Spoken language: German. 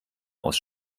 aus